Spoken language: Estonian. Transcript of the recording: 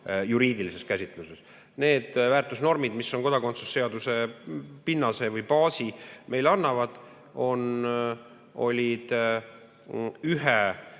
juriidilises käsitluses. Need väärtusnormid, mis meile kodakondsuse seaduse pinnase või baasi annavad, olid